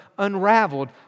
unraveled